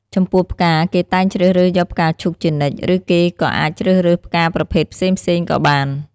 ចំពោះផ្កាគេតែងជ្រើសរើសយកផ្កាឈូកជានិច្ច ឬគេក៏អាចជ្រើសរើសផ្កាប្រភេទផ្សេងៗក៏បាន។